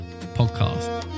podcast